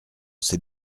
c’est